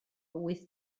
wyth